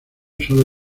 sólo